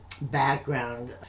background